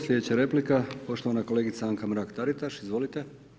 Slijedeća replika poštovana kolegica Anka Mrak Taritaš, izvolite.